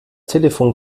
telefon